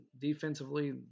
defensively